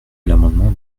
l’amendement